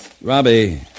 Robbie